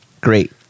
great